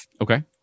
Okay